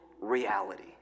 reality